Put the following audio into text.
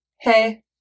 hey